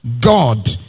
God